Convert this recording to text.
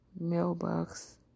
mailbox